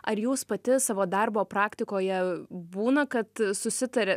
ar jūs pati savo darbo praktikoje būna kad susitaria